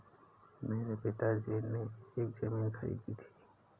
मेरे पिताजी ने एक जमीन खरीदी थी